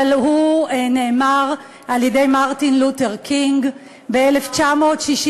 אבל הוא נאמר על-ידי מרטין לותר קינג ב-1967.